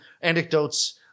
anecdotes